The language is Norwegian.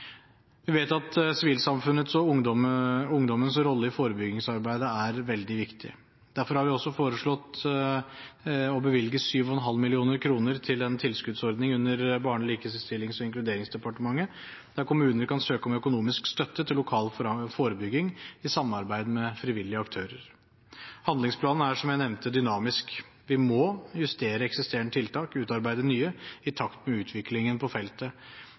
Vi vet at sivilsamfunnets og ungdommens rolle i forebyggingsarbeidet er veldig viktig. Derfor har vi også foreslått å bevilge 7,5 mill. kr til en tilskuddsordning under Barne-, likestillings- og inkluderingsdepartementet, der kommuner kan søke om økonomisk støtte til lokal forebygging, i samarbeid med frivillige aktører. Handlingsplanen er, som jeg nevnte, dynamisk. Vi må justere eksisterende tiltak og utarbeide nye, i takt med utviklingen på feltet